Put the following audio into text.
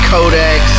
Codex